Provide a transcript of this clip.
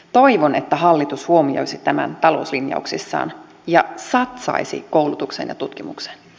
toivon että hallitus huomioisi tämän talouslinjauksissaan ja satsaisi koulutukseen ja tutkimukseen